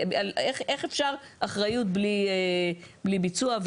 איך אפשר אחריות בלי ביצוע.